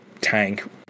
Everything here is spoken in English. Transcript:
tank